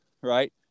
right